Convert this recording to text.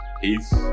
Peace